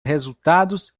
resultados